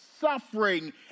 suffering